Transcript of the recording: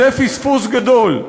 זה פספוס גדול.